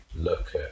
look